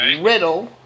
Riddle